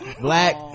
Black